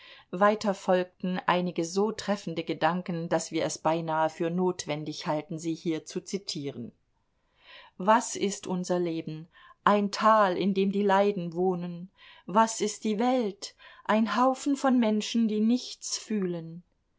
weiter folgten einige so treffende gedanken daß wir es beinahe für notwendig halten sie hier zu zitieren was ist unser leben ein tal in dem die leiden wohnen was ist die welt ein haufen von menschen die nichts fühlen